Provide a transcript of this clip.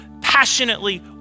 passionately